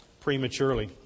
prematurely